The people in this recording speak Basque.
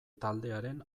taldearen